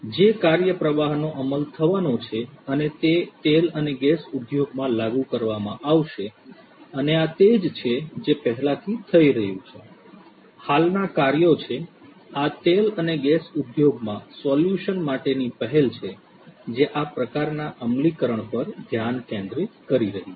જે કાર્યપ્રવાહનો અમલ થવાનો છે અને તે તેલ અને ગેસ ઉદ્યોગમાં લાગુ કરવામાં આવશે અને આ તે જ છે જે પહેલાથી થઈ રહ્યું છે હાલના કાર્યો છે આ તેલ અને ગેસ ઉદ્યોગમાં સોલ્યુશન માટેની પહેલ છે જે આ પ્રકારના અમલીકરણ પર ધ્યાન કેન્દ્રિત કરી રહી છે